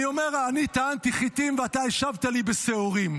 אני טענתי חיטים, ואתה השבת לי בשעורים.